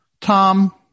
Tom